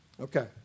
Okay